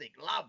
Love